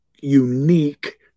unique